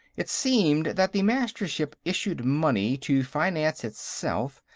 it seemed that the mastership issued money to finance itself,